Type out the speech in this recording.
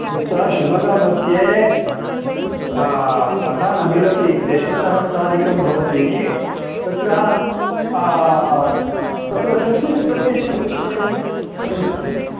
एका शिमोगा मध्ये तथा न मिलति दशसहस्राधिकं भवति तत्र तत्र कस्मिन् प्रदेशे भवितव्यं